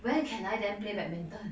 where can I then play badminton